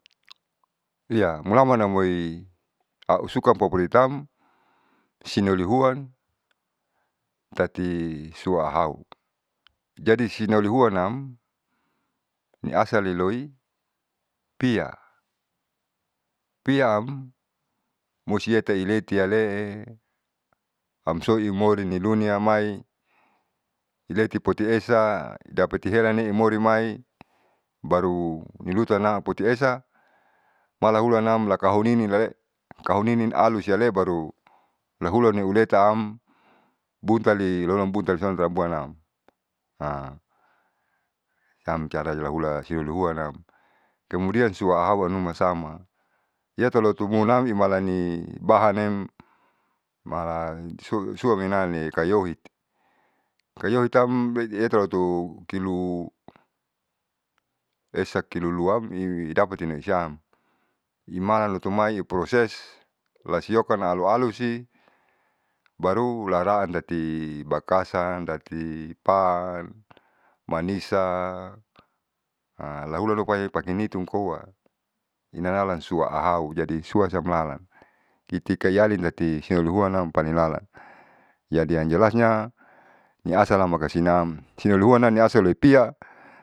Iya mulaman amoi ausuka paporitam sinoli huan tati suahau. Jadi sinoli huanam niasaliloi pia pia am musiatailetiale'e amsorimoi luniamai iletipoti esa idapati iheran omori mai baru nilutuana potiesa malaulanam lakahoniale kahonininalusiale baru lahulaneuletaam buntali dorang buntal disana rambuanam siam cara laula sinolihuanam. Kemudian suahauhanuma sama yatalotumunam imalani bahanem mala suaminae kayoiti. Kayoiti am etaloto kilo esa kilo luam dapatinesiam imalaloto mai i proses lasiokan alu alusi baru laraan tati bakasan tati pa, manisa laulalokopakinitun koa inanalan sua ahau jadi suam siam lalan itikayalin tati sinolihuanam paling lalan yang jelasnya niasal makasinaam sinolihuananiasaloipia.